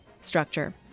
structure